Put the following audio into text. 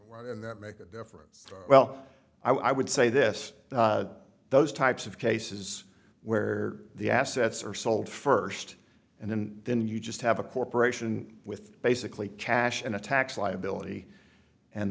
and that make a difference well i would say this those types of cases where the assets are sold first and then then you just have a corporation with basically cash and a tax liability and